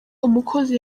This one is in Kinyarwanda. umukozi